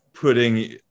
putting